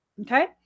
Okay